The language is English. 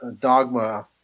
dogma